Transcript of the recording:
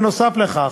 בנוסף לכך,